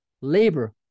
labor